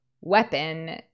weapon